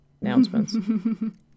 announcements